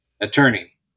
attorney